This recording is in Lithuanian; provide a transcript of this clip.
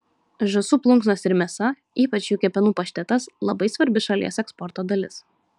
žąsų plunksnos ir mėsa ypač jų kepenų paštetas labai svarbi šalies eksporto dalis